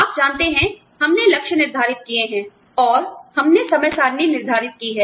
आप जानते हैं हमने लक्ष्य निर्धारित किए हैं और हमने समय सारणी निर्धारित की है